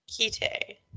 kite